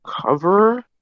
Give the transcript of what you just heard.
cover